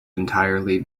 entirely